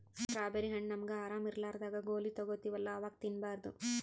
strawberry ಹಣ್ಣ್ ನಮ್ಗ್ ಆರಾಮ್ ಇರ್ಲಾರ್ದಾಗ್ ಗೋಲಿ ತಗೋತಿವಲ್ಲಾ ಅವಾಗ್ ತಿನ್ಬಾರ್ದು